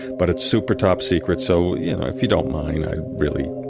but it's super top secret. so you know if you don't mind, i really.